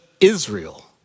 Israel